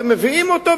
מביאים אותו,